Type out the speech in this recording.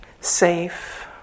safe